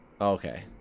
Okay